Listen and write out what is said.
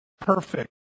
perfect